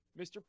Mr